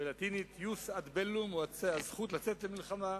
בלטינית: jus ad bellum הוא הזכות לצאת למלחמה,